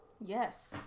Yes